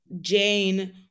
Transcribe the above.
Jane